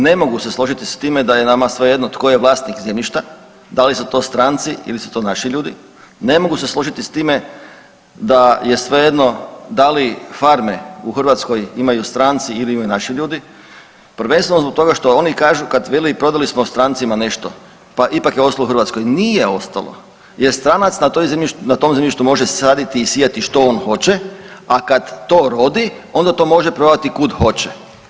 Ne mogu se složiti s time da je nama svejedno tko je vlasnik zemljišta dali su to stranci ili su to naši ljudi, ne mogu se složiti s time da je svejedno dali farme u Hrvatskoj imaju stranci ili imaju naši ljudi, prvenstveno zbog toga što oni kažu kad vele prodali smo strancima nešto pa ipak je ostalo u Hrvatskoj nešto, nije ostalo, jer stranac na tom zemljištu može saditi i sijati što on hoće a kad to rodi onda to može prodati kud hoće.